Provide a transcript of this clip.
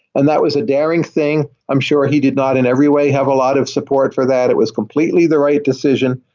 and that was a daring thing. i'm sure he did not in every way have a lot of support for that. it was completely the right decision,